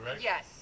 Yes